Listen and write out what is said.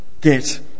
get